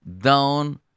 down